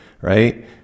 right